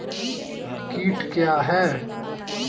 कीट क्या है?